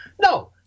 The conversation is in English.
No